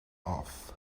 off